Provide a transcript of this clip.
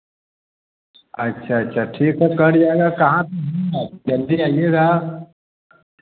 अच्छा अच्छा ठीक है कट जाएगा कहाँ पर है आप जल्दी आईएगा